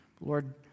Lord